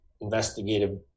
investigative